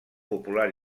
popular